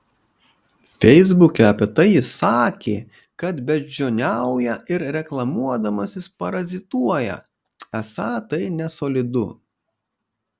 feisbuke apie tai jis sakė kad beždžioniauja ir reklamuodamasis parazituoja esą tai nesolidu